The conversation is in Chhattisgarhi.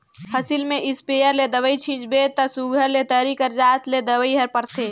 फसिल में इस्पेयर ले दवई छींचबे ता सुग्घर ले तरी कर जात ले दवई हर परथे